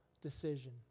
decision